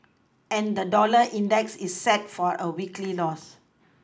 and the dollar index is set for a weekly loss